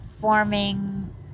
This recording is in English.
forming